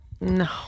no